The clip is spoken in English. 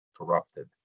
corrupted